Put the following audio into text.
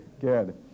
Good